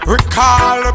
Recall